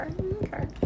okay